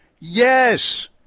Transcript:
Yes